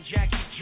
Jackie